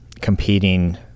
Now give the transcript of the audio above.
competing